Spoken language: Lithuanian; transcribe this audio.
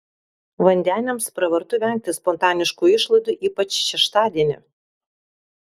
vandeniams pravartu vengti spontaniškų išlaidų ypač šeštadienį